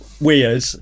weird